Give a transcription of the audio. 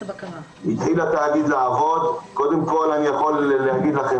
התאגיד התחיל לעבוד ואני יכול להגיד לכם